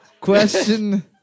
Question